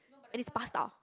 and it's pasta